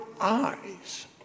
eyes